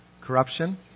Corruption